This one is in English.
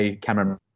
Cameron